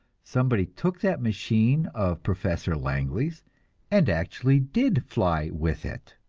somebody took that machine of professor langley's and actually did fly with it!